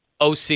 OC